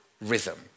rhythm